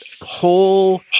whole